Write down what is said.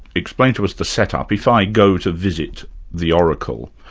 explain to us the set-up. if i go to visit the oracle,